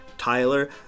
Tyler